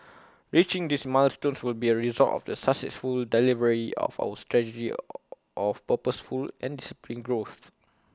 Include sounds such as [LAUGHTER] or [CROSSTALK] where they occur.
reaching these milestones will be A result of the successful delivery of our strategy [HESITATION] of purposeful and disciplined growth